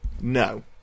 no